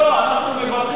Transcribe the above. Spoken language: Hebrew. לא, אנחנו מברכים.